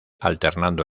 alternando